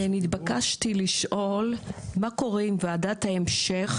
נתבקשתי לשאול מה קורה עם וועדת ההמשך